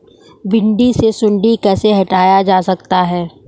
भिंडी से सुंडी कैसे हटाया जा सकता है?